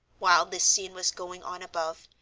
while this scene was going on above,